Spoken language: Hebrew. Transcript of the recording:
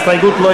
ההסתייגות של חבר